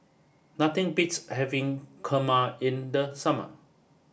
nothing beats having Kurma in the summer